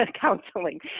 counseling